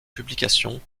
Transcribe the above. publications